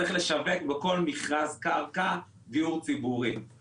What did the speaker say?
צריך לשווק בכל מכרז קרקע דיור ציבורי.